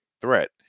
threat